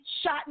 shot